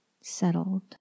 settled